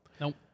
Nope